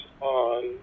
on